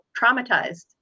traumatized